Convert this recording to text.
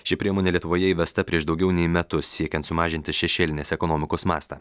ši priemonė lietuvoje įvesta prieš daugiau nei metus siekiant sumažinti šešėlinės ekonomikos mastą